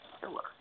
killer